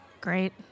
Great